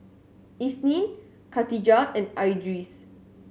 Isnin Katijah and Idris